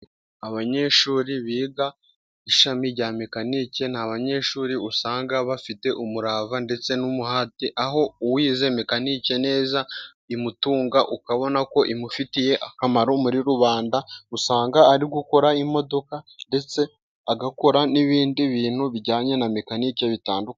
Abanyeshuri biga ishami rya mekanike, ni abanyeshuri usanga bafite umurava ndetse n'umuhati, aho uwize mekanike neza imutunga ukabona ko imufitiye akamaro. Muri rubanda usanga ari gukora imodoka, ndetse agakora n'ibindi bintu bijyanye na mekanike bitandukanye.